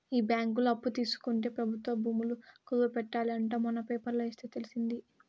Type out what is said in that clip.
ఈ బ్యాంకులో అప్పు తీసుకుంటే ప్రభుత్వ భూములు కుదవ పెట్టాలి అంట మొన్న పేపర్లో ఎస్తే తెలిసింది